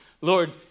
Lord